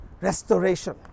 restoration